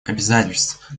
обязательств